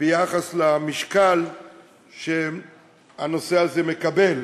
ביחס למשקל שהנושא הזה מקבל,